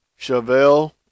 Chevelle